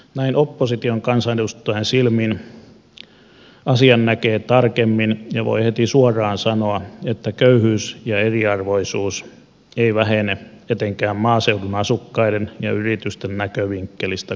näin opposition kansanedustajan silmin asian näkee tarkemmin ja voi heti suoraan sanoa että köyhyys ja eriarvoisuus eivät vähene etenkään maaseudun asukkaiden ja yritysten näkövinkkelistä katsottuna